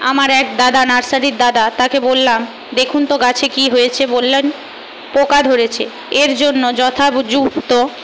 আমার এক দাদা নার্সারির দাদা তাকে বললাম দেখুন তো গাছে কি হয়েছে বললেন পোকা ধরেছে এরজন্য যথাযুক্ত